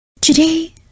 Today